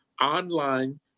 Online